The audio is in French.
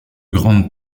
grande